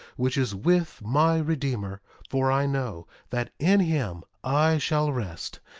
which is with my redeemer for i know that in him i shall rest.